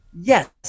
Yes